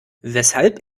weshalb